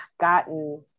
gotten